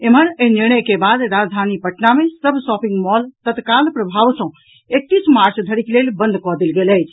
एम्हर एहि निर्णय के बाद राजधानी पटना मे सभ शॉपिंग मॉल तत्काल प्रभाव सॅ एकतीस मार्च धरिक लेल बंद कऽ देल गेल अछि